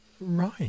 Right